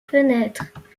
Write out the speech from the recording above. fenêtres